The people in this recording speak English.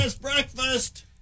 breakfast